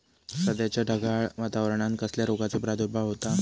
सध्याच्या ढगाळ वातावरणान कसल्या रोगाचो प्रादुर्भाव होता?